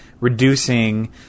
reducing